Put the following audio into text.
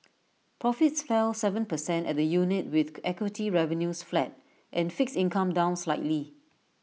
profits fell Seven percent at the unit with equity revenues flat and fixed income down slightly